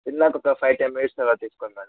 తిన్నాక ఒక five ten minutes తరువాత వేసుకోండి మేడం